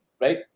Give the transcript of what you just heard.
right